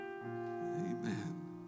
Amen